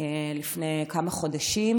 לאשדוד לפני כמה חודשים,